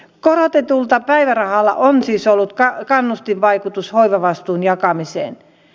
korotetulla päivärahalla on siis ollut kannustinvaikutus hoivavastuun jakamiseen